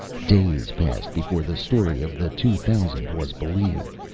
days passed before the story of the two thousand was believed,